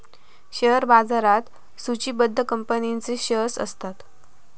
share बाजारात सुचिबद्ध कंपनींचेच शेअर्स असतत